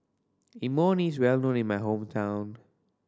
imoni is well known in my hometown